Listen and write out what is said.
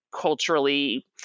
culturally